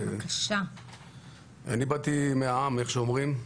אני באתי מהעם, כמו שאומרים.